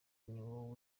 niwo